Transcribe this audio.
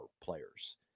players